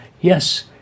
yes